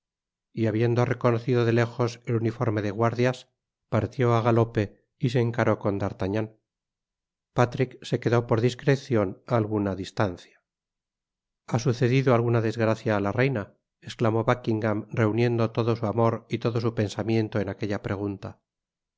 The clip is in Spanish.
y habiendo reconocido de lejos el uniforme de guardias parüó á galope y se encaró con d'artagnan patrik se quedó por discrecion á alguna distancia ha sucedido alguna desgracia á la reina esclamó buckingam reuniendo todo su amor y todo su pensamiento en aquella pregunta